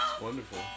Wonderful